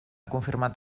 confirmat